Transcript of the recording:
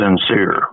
sincere